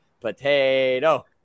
potato